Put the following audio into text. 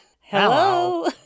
Hello